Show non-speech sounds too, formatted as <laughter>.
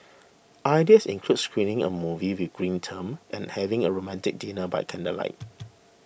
ideas include screening a movie with a green term and having a romantic dinner by candlelight <noise>